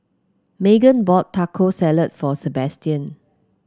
Magen bought Taco Salad for Sabastian